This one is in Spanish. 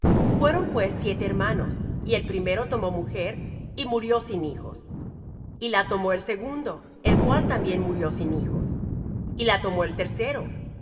fueron pues siete hermanos y el primero tomó mujer y murió sin hijos y la tomó el segundo el cual también murió sin hijos y la tomó el tercero